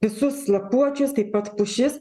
visus lapuočius taip pat pušis